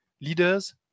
Leaders